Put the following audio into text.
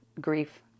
grief